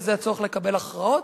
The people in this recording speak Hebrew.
וזה הצורך לקבל הכרעות.